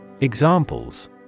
Examples